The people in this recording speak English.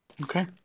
okay